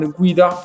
guida